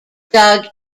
dug